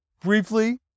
Briefly